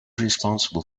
responsible